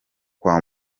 kwa